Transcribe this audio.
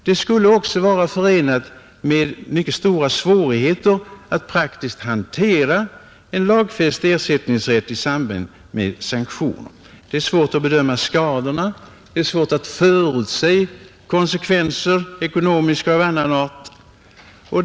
Det skulle också vara förenat med mycket stora svårigheter att praktiskt hantera en lagfäst ersättningsrätt i samband med sanktioner. Det är svårt att bedöma skadorna, svårt att förutse konsekvenserna av ekonomisk och annan art.